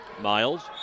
Miles